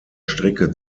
strecke